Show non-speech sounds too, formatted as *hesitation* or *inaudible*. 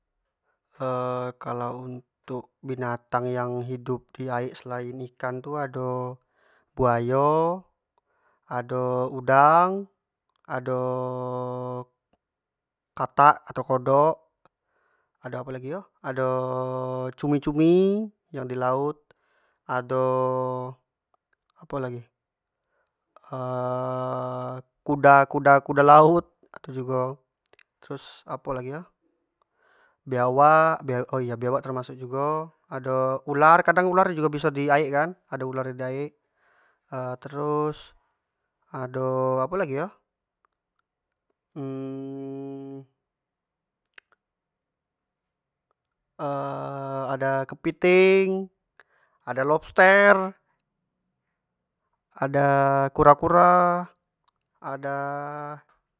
*hesitation* kalau untuk binatang yang hidup di aek selain ikan tu ado buayo, ado udang, ado-o-o katak atau kodok ado apo lagi yo, ado-o-o cumi-cumi yang di laut, ado apo lagi *hesitation* kuda kuda kuda laut ado jugo terus apo lago yo biawak oya biawak termasuk jugo ado ular kadang ular tu biso di aek kan ado ular di aek *hesitation* terus ado apo lagi yo *hesitation* *unintelligible* > kepiting, ado lobster, ada kura kura, ada.